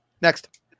Next